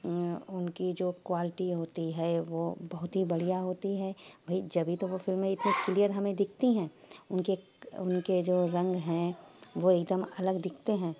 ان کی جو کوائلٹی ہوتی ہے وہ بہت ہی بڑھیا ہوتی ہے بھئی جبھی تو وہ فلمیں اتنی کلیئر ہمیں دکھتی ہیں ان کے ان کے جو رنگ ہیں وہ ایک دم الگ دکھتے ہیں